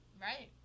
Right